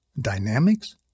Dynamics